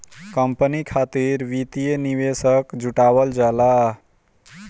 company खातिर वित्तीय निवेशक जुटावल जाला